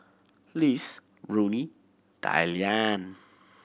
Lise Ronnie Dyllan